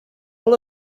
all